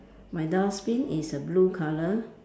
my dustbin is a blue colour